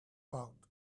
about